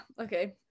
okay